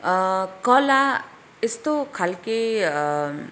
कला यस्तो खालके